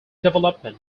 development